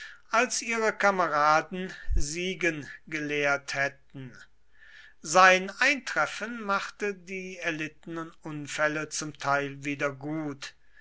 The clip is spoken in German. als ihre kameraden siegen gelehrt hätten sein eintreffen machte die erlittenen unfälle zum teil wieder gut